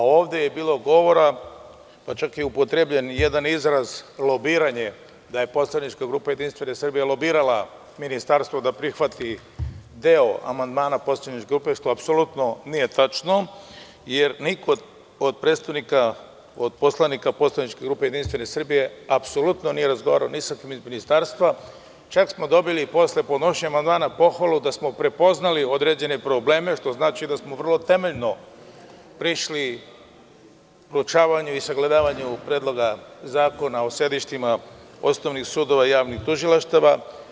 Ovde je bilo govora, pa je čak upotrebljen jedan izraz – lobiranje, da je poslanička grupa JS lobirala ministarstvo da prihvati deo amandmana poslaničke grupe, što apsolutno nije tačno, jer niko od poslanika poslaničke grupe JS apsolutno nije razgovarao ni sa kim iz ministarstva, čak smo dobili i posle podnošenja amandmana pohvalu da smo prepoznali određene probleme, što znači da smo vrlo temeljno prišli proučavanju i sagledavanju Predloga zakona o sedištima osnovnih sudova i javnih tužilaštava.